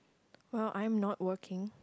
well I'm not working